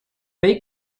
debate